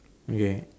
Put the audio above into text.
okay